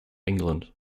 england